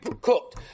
cooked